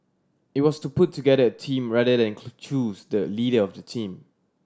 it was to put together team rather than choose the leader of the team